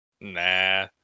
nah